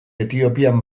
etiopian